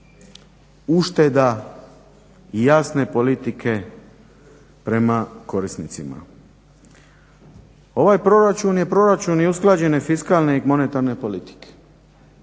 ušteda i jasne politike prema korisnicima. Ovaj proračun je proračun i usklađene fiskalne i monetarne politike,